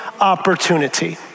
opportunity